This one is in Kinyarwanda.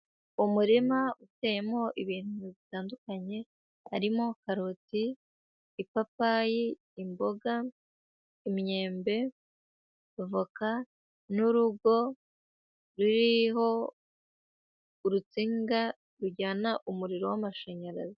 Umurima uteyemo ibintu bitandukanye, harimo karoti, ipapayi, imboga, imyembe, voka, n'urugo ruriho urutsinga rujyana umuriro w'amashanyarazi.